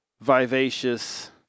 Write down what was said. vivacious